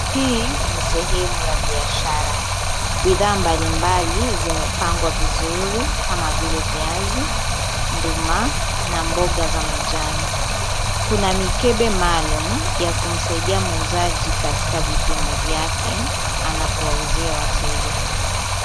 Hii ni sehemu ya biashara. Bidhaa mbalimbali zimepangwa vizuri kama vile viazi, nduma na mboga za majani. Kuna mikebe maalum ya kumsaidia muuzaji katika vipimo vyake anapowauzia wateja.